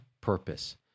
purpose